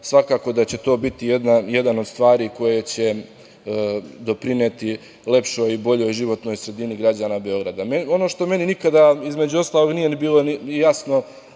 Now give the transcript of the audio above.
svakako da će to biti jedna od stvari koja će doprineti lepšoj i boljoj životnoj sredini građana Beograda. Ono što meni nikada, između ostalog, nije bilo jasno,